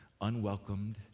unwelcomed